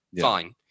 fine